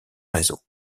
réseau